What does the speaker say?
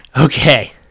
Okay